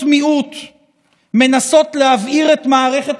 אבל אסור לנו להכליל.